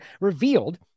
revealed